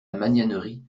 magnanerie